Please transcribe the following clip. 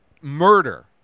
murder